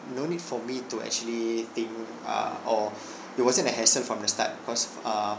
no need for me to actually think err or it wasn't a hassle from the start cause err